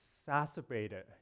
exacerbated